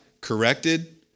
corrected